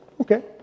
Okay